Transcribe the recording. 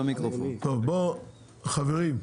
חברים,